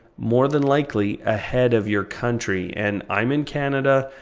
more than likely ahead of your country, and i'm in canada,